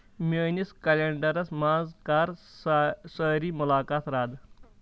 میٲنِس کلینڈرس منٛز کر سار سٲری مُلاقات رد